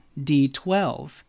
d12